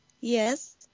Yes